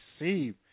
Receive